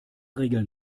regeln